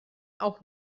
auch